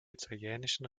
italienischen